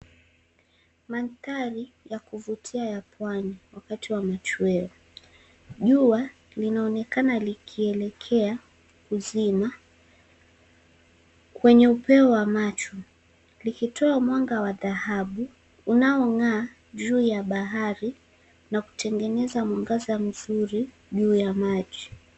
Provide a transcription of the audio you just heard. Mandhari ya kuvutia ya pwana wakati wa machweo. Jua linaonekana likielekea kuzima kwenye upeo wa macho likitoa mwanga wa dhahabu unaong'aa juu ya bahari na kutengeneza mwangaza mzuri juu ya maji.